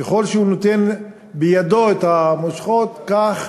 ככל שהוא נותן בידו את המושכות כך